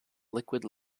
liquid